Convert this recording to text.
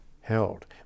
held